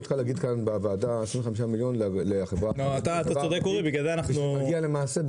25 מיליון לחברה החרדית --- וכשנגיע למעשה,